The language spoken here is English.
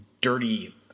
dirty